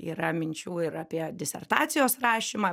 yra minčių ir apie disertacijos rašymą